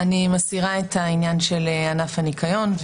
אני מסירה את העניין של ענף הניקיון,